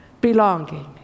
belonging